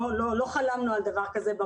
לא חלמנו על דבר כזה,